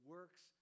Works